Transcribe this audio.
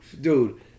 Dude